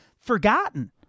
forgotten